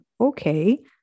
okay